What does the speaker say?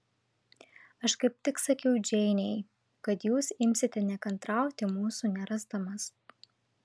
aš kaip tik sakiau džeinei kad jūs imsite nekantrauti mūsų nerasdamas